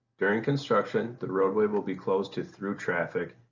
during construction, the roadway will be closed to through traffic,